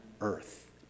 earth